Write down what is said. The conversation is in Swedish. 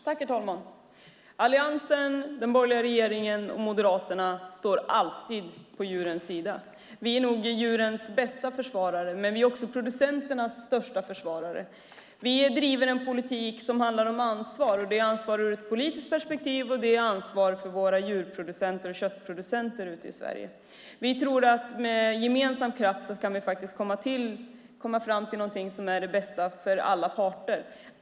Herr talman! Alliansen, den borgerliga regeringen och Moderaterna står alltid på djurens sida. Vi är nog djurens bästa försvarare, men vi är också producenterna största försvarare. Vi driver en politik som handlar om ansvar. Det är ansvar ur ett politiskt perspektiv, och det är ansvar för våra djur och köttproducenter ute i Sverige. Vi tror att vi med gemensam kraft kan komma fram till något som är det bästa för alla parter.